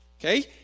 Okay